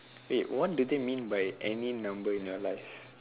wait what do they mean by any number in your life